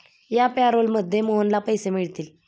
या पॅरोलमध्ये मोहनला पैसे मिळतील